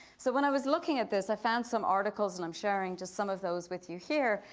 so when i was looking at this, i found some articles and i'm sharing just some of those with you here.